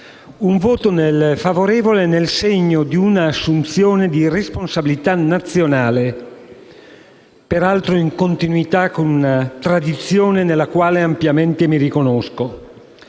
in esame, nel segno di un'assunzione di responsabilità nazionale, per altro in continuità con una tradizione nella quale personalmente mi riconosco.